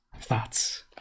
thoughts